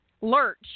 lurch